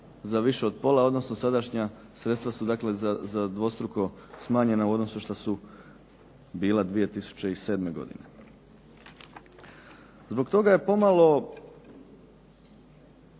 za više od pola, odnosno sadašnja sredstva su dakle za dvostruko smanjena u odnosu što su bila 2007. godine. Zbog toga je pomalo